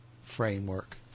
framework